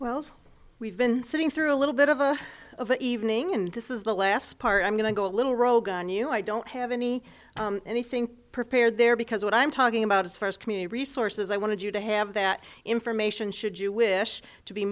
well we've been sitting through a little bit of a of an evening and this is the last part i'm going to go a little rogue on you i don't have any anything prepared there because what i'm talking about as far as community resources i want to you to have that information should you wish to be